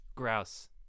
Grouse